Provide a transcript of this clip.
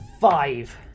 five